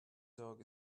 dog